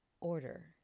order